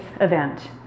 event